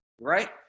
right